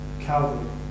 Calvary